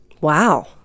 Wow